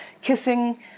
kissing